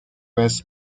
wes